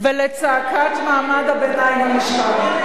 התעוררת אחרי, ולצעקת מעמד הביניים הנשחק.